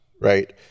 right